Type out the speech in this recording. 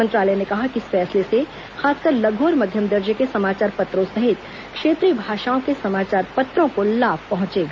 मंत्रालय ने कहा कि इस फैसले से खासकर लघु और मध्यम दर्जे के समाचार पत्रों सहित क्षेत्रीय भाषाओं के समाचार पत्रों को लाभ पहुंचेगा